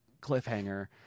cliffhanger